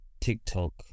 TikTok